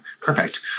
perfect